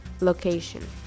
location